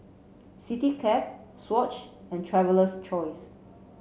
Citycab Swatch and Traveler's Choice